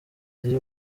ziri